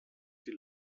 die